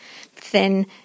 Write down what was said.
thin